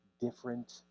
different